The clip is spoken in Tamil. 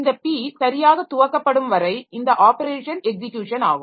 இந்த p சரியாக துவக்கப்படும் வரை இந்த ஆப்பரேஷன் எக்ஸிக்யூஷன் ஆகும்